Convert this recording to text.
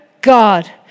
God